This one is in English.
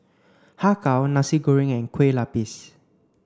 Har Kow Nasi Goreng and Kue Lupis